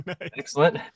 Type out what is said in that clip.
excellent